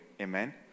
Amen